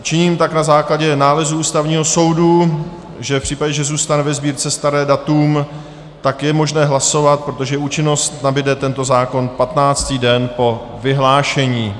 Činím tak na základě nálezu Ústavního soudu, že v případě, že zůstane ve Sbírce staré datum, tak je možné hlasovat, protože účinnost nabude tento zákon 15. den po vyhlášení.